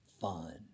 fun